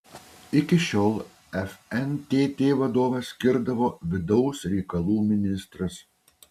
iki šiol fntt vadovą skirdavo vidaus reikalų ministras